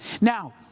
Now